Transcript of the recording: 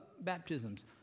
baptisms